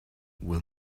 will